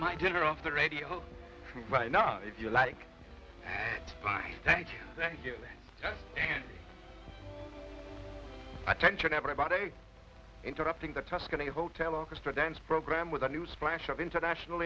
my dinner off the radio right now if you like fine thank you thank you and attention everybody interrupting the tuscany hotel orchestra dance program with a new splash of international